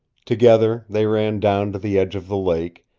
together they ran down to the edge of the lake,